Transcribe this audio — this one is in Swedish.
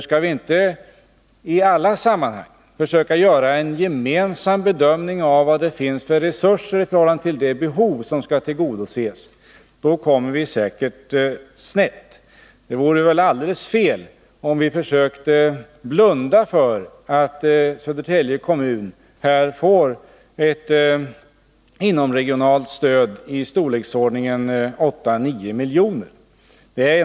Skall vi inte i alla sammanhang försöka göra en gemensam bedömning av vad det finns för resurser i förhållande till de behov som skall tillgodoses, då kommer vi säkert snett. Det vore väl alldeles fel om vi försökte blunda för att Södertälje kommun här får ett inomregionalt stöd i storleksordningen 8-9 milj.kr.